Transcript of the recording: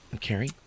Carrie